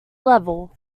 level